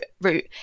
route